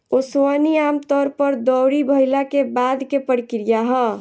ओसवनी आमतौर पर दौरी भईला के बाद के प्रक्रिया ह